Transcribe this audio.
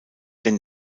denn